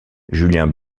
julien